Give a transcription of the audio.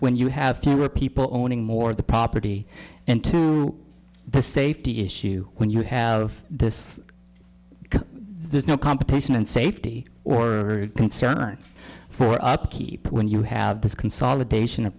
when you have fewer people owning more of the property and the safety issue when you have this there's no competition and safety or concern for upkeep when you have this consolidation of